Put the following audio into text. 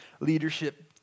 leadership